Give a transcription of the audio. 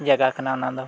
ᱡᱟᱭᱜᱟ ᱠᱟᱱᱟ ᱚᱱᱟᱫᱚ